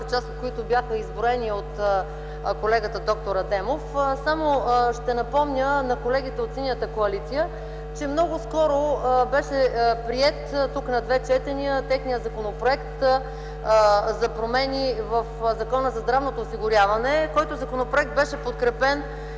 част, от които бяха изброени от колегата доктор Адемов. Ще напомня на колегите от Синята коалиция, че много скоро беше приет тук – на две четения, техният законопроект за промени в Закона за здравното осигуряване, който законопроект беше подкрепен